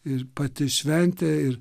ir pati šventė ir